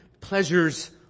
pleasures